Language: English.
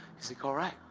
he said, alright.